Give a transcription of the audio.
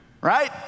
Right